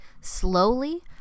slowly